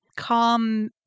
calm